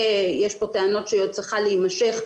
ויש כאן טענות שהיא צריכה עוד להימשך,